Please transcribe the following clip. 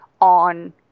on